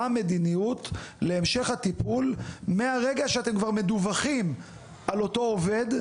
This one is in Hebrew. מה המדיניות להמשך הטיפול מהרגע שאתם כבר מדווחים על אותו עובד,